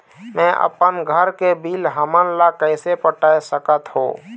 मैं अपन घर के बिल हमन ला कैसे पटाए सकत हो?